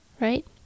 right